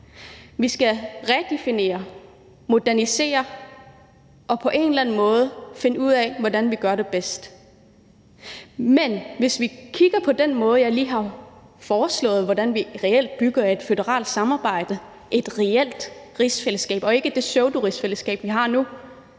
Vi skal redefinere, modernisere og på en eller anden måde finde ud af, hvordan vi gør det bedst. Men hvis vi kigger på det på den måde, jeg lige har foreslået det, altså hvordan vi reelt bygger et føderalt samarbejde, et reelt rigsfællesskab og ikke det pseudorigsfællesskab, vi har nu,